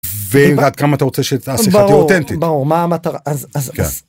ועד כמה אתה רוצה שהשיחה תהיה אותנטית. ברור ברור מה המטרה אז אז אז